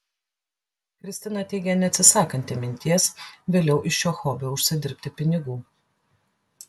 kristina teigė neatsisakanti minties vėliau iš šio hobio užsidirbti pinigų